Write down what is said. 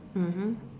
mmhmm